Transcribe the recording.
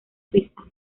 suiza